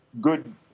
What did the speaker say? good